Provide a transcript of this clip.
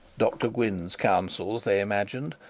dr gwynne's counsels, they imagined,